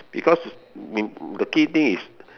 because the key thing is